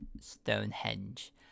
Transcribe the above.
Stonehenge